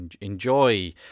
Enjoy